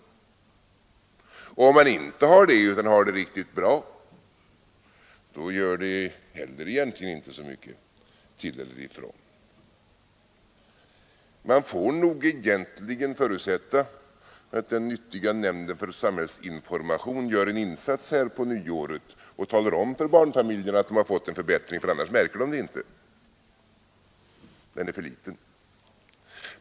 Och om man inte har det besvärligt utan har det riktigt bra gör det här beloppet inte heller så mycket till eller från. Vi får nog förutsätta att den nyttiga nämnden för samhällsinformation gör en insats på nyåret och talar om för barnfamiljerna att de har fått en förbättring, för annars märker de den inte. Den är för liten.